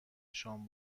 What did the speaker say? شام